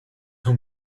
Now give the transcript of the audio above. whom